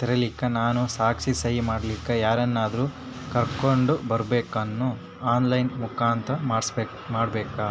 ತೆರಿಲಿಕ್ಕಾ ನಾನು ಸಾಕ್ಷಿ, ಸಹಿ ಮಾಡಲಿಕ್ಕ ಯಾರನ್ನಾದರೂ ಕರೋಕೊಂಡ್ ಬರಬೇಕಾ ಅದನ್ನು ಆನ್ ಲೈನ್ ಮುಖಾಂತ್ರ ಮಾಡಬೇಕ್ರಾ?